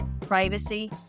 privacy